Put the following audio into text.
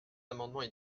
amendements